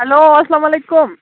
hello اسلامُ علیکُم